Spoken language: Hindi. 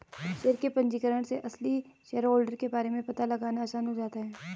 शेयर के पंजीकरण से असली शेयरहोल्डर के बारे में पता लगाना आसान हो जाता है